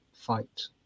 fight